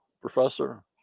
professor